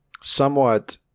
somewhat –